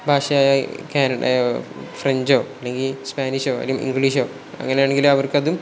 ഭാഷയായ കാനഡ ഫ്രഞ്ചോ അല്ലെങ്കിൽ സ്പാനീഷോ അല്ലങ്കിൽ ഇംഗ്ലീഷോ അങ്ങനെയാണെങ്കിൽ അവർക്കതും